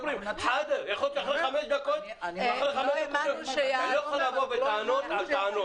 אומרים --- אתה לא יכול לבוא בטענות על טענות.